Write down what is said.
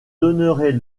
donnerai